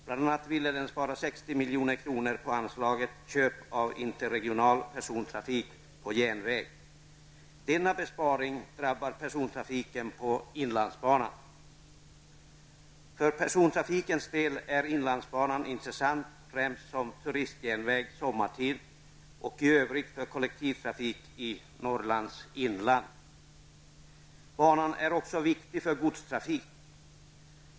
Bl.a. ville man spara 60 För persontrafikens del är inlandsbanan intressant främst som turistjärnväg sommartid och i övrigt för kollektivtrafik i Norrlands inland. Banan är också viktig för godstrafik.